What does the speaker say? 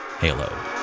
Halo